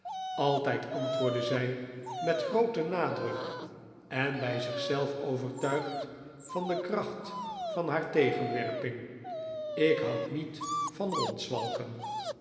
altijd antwoordde zij met groo'ten nadruk en bij zich zelf overtuigd van de kracht van haar tegenwerping ik houd niet van dat rondr zwalken